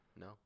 No